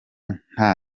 nta